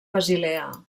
basilea